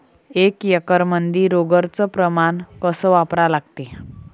एक एकरमंदी रोगर च प्रमान कस वापरा लागते?